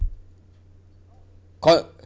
con~